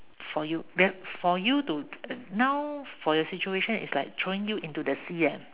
for you for you to now your situation is like throwing you into the sea leh